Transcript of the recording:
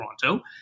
Toronto